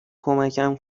کمکم